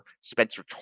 spencer